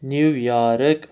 New York